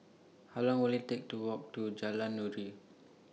How Long Will IT Take to Walk to Jalan Nuri